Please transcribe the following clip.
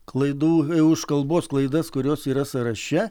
klaidų už kalbos klaidas kurios yra sąraše